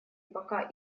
пока